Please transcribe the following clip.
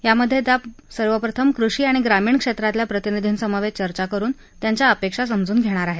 यामधे त्या सर्वप्रथम कृषी आणि ग्रामीण क्षेत्रातल्या प्रतिनिधींसमवेत चर्चा करुन त्यांच्या अपेक्षा समजून घेणार आहेत